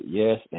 yes